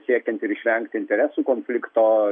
siekiant ir išvengti interesų konflikto